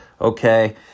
Okay